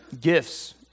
gifts